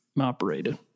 operated